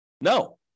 No